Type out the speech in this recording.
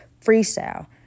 freestyle